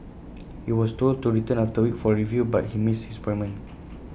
he was told to return after A week for A review but he missed his appointment